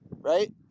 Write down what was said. right